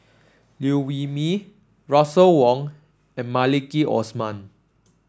Liew Wee Mee Russel Wong and Maliki Osman